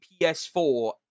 PS4